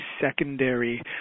secondary